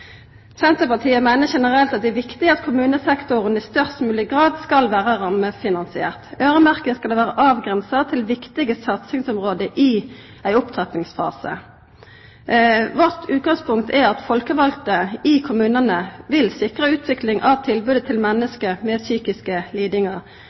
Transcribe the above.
Senterpartiet meiner generelt at det er viktig at kommunesektoren i størst mogleg grad skal vera rammefinansiert. Øyremerking skal vera avgrensa til viktige satsingsområde i ein opptrappingsfase. Vårt utgangspunkt er at folkevalde i kommunane vil sikra ei utvikling av tilbodet til